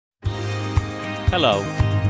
Hello